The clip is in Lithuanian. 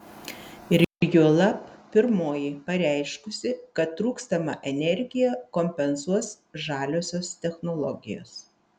ir juolab pirmoji pareiškusi kad trūkstamą energiją kompensuos žaliosios technologijos